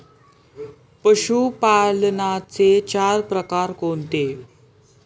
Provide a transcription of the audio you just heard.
पशुपालनाचे चार प्रकार कोणते?